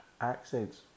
accents